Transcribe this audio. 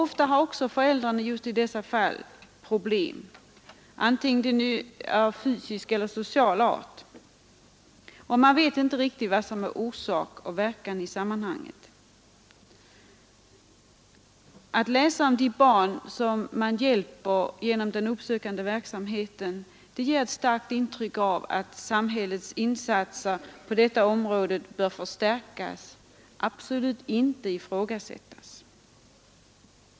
Ofta har även föräldrarna i dessa fall problem. Föräldrarnas svårigheter är antingen av fysisk eller social och psykisk art. Man vet inte vad som är orsak eller verkan i sammanhanget. Att läsa om de barn som hjälps genom den uppsökande verksamheten ger ett starkt intryck av att samhällets insatser på detta område bör förstärkas — absolut inte ifrågasättas.